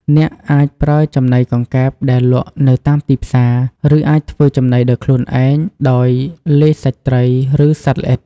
អ្នកអាចប្រើចំណីកង្កែបដែលលក់នៅតាមទីផ្សារ ឬអាចធ្វើចំណីដោយខ្លួនឯងដោយលាយសាច់ត្រី ឬសត្វល្អិត។